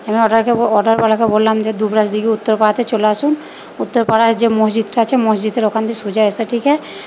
আমি অর্ডারকে অর্ডারওয়ালাকে বললাম যে দুবরাজ দিঘি উত্তরপাড়াতে চলে আসুন উত্তরপাড়ায় যে মসজিদটা আছে মসজিদের ওখানে দিয়ে সোজা এসে টিকে